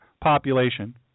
population